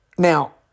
Now